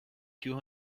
two